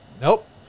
nope